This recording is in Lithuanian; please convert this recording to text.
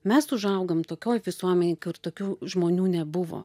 mes užaugom tokioj visuomenėj kur tokių žmonių nebuvo